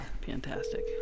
Fantastic